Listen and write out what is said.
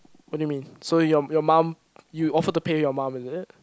what do you mean so your your mum you offered to pay your mum is it